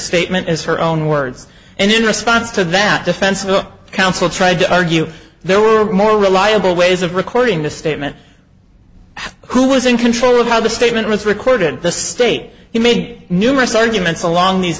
statement is her own words and in response to that defense no counsel tried to argue there were more reliable ways of recording the statement who was in control of how the statement was recorded the state he made numerous arguments along these